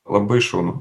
labai šaunu